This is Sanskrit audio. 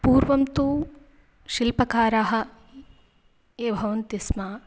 पूर्वं तु शिल्पकाराः ये भवन्ति स्म